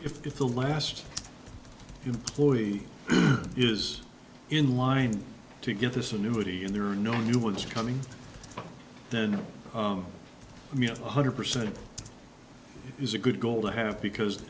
go if the last employee is in line to get this annuity and there are no new ones coming then i mean one hundred percent is a good goal to have because